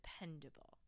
dependable